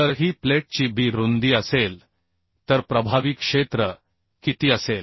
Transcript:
जर ही प्लेटची b रुंदी असेल तर प्रभावी क्षेत्र किती असेल